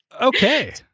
Okay